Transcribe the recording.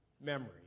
memory